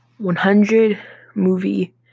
100-movie